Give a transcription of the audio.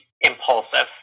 impulsive